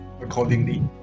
accordingly